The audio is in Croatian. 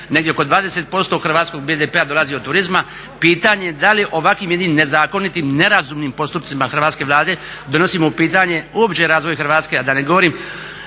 negdje oko 20% hrvatskog BDP-a dolazi od turizma, pitanje da li ovakvim jednim nezakonitim, nerazumnim postupcima Hrvatske Vlade donosimo u pitanje uopće razvoj Hrvatske a da ne govorim